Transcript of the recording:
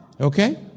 Okay